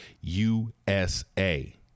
USA